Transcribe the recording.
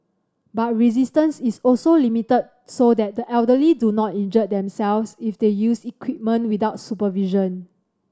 but resistance is also limited so that the elderly do not injure themselves if they use equipment without supervision